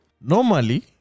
Normally